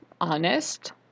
honest